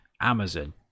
Amazon